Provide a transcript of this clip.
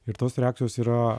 ir tos reakcijos yra